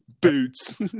boots